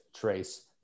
Trace